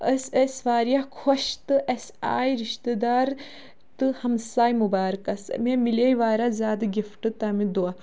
أسۍ ٲسۍ واریاہ خۄش تہٕ اَسہِ آے رِشتہٕ دار تہٕ ہَمساے مُبارکَس مےٚ مِلے واریاہ زیادٕ گِفٹ تَمہِ دۄہ